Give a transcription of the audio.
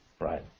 Right